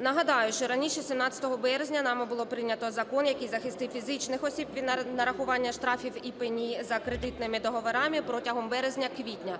Нагадаю, що раніше, 17 березня, нами було прийнято закон, який захистить фізичних осіб від нарахування штрафів і пені за кредитними договорами протягом березня-квітня.